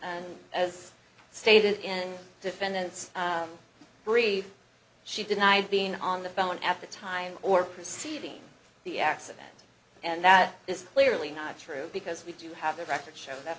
and as stated in defendant's bre she denied being on the phone at the time or proceeding the accident and that is clearly not true because we do have the records show that